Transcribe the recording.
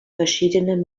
verschiedene